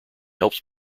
helps